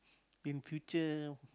in future